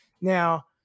Now